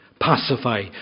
Pacify